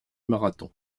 marathon